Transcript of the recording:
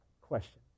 question